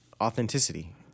authenticity